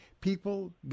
people